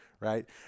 Right